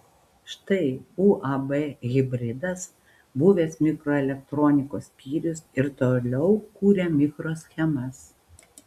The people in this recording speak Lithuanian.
štai uab hibridas buvęs mikroelektronikos skyrius ir toliau kuria mikroschemas